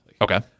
Okay